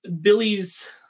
Billy's